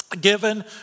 given